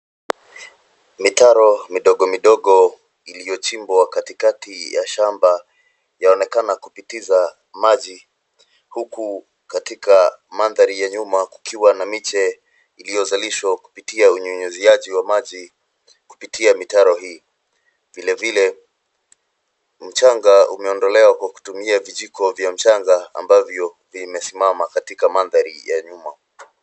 Mitaro midogo midogo iliyochimbwa katikati ya shamba; yaonekana kupitiza maji huku katika mandhari ya nyuma kukiwa na miche iliyozalishwa kupitia unyunyiziaji wa maji kupitia mitaro hii. Vilevile, mchanga umeondolewa kwa kutumia vijiko vya mchanga ambayo vimesimama katika mandhari ya nyuma.